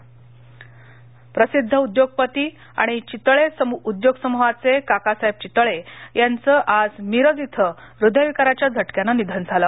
निधन प्रसिद्ध उद्योगपती आणि चितळे उद्योग समूहाचे काकासाहेब चितळे यांचं आज सांगलीमध्ये हृदयविकाराच्या झटक्यानं निधन झालं